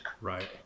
Right